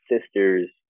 sisters